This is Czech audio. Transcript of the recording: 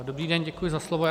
Dobrý den, děkuji za slovo.